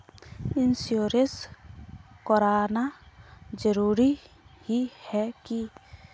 Insurance कराना जरूरी ही है की?